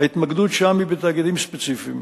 ההתמקדות שם היא בתאגידים ספציפיים.